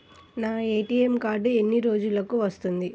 నా ATM card ఎన్ని రోజులకు వస్తుంది?